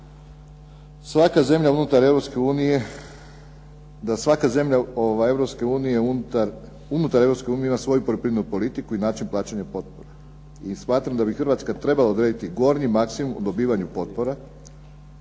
Europske unije ima svoju poljoprivrednu politiku i način plaćanja potpora. I smatram da bi Hrvatska trebala odrediti gornji maksimum u dobivanju potpora,